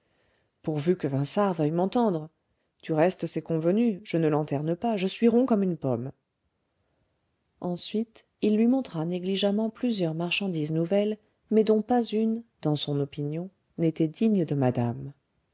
pourvu que vinçart veuille m'entendre du reste c'est convenu je ne lanterne pas je suis rond comme une pomme ensuite il lui montra négligemment plusieurs marchandises nouvelles mais dont pas une dans son opinion n'était digne de madame